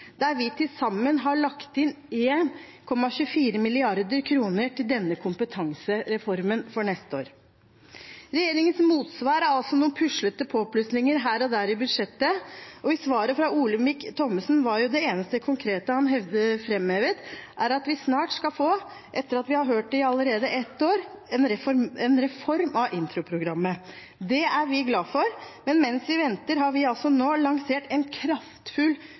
der vi til sammen har lagt 1,24 mrd. kr til denne kompetansereformen for neste år. Regjeringens motsvar er noen puslete påplussinger her og der i budsjettet, og i svaret fra Olemic Thommessen var det eneste konkrete han framhevet, at vi snart skal få – etter at vi har hørt det i ett år allerede – en reform av introprogrammet. Det er vi glad for, men mens vi venter har vi nå lansert en kraftfull